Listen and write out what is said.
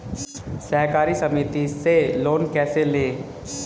सहकारी समिति से लोन कैसे लें?